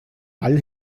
ball